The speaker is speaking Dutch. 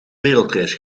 wereldreis